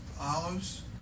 olives